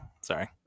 Sorry